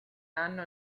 anno